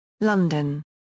London